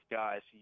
guys